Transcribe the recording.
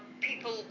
People